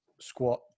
squat